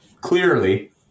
Clearly